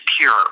pure